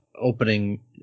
opening